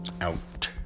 out